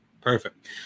Perfect